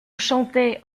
chantait